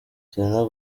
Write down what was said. selena